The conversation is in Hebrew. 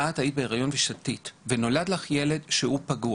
אתה היית בהיריון ושתית ונולד לך ילד שהוא פגוע,